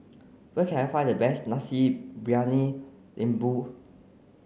where can I find the best Nasi Briyani Lembu